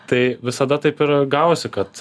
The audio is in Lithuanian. tai visada taip ir gavosi kad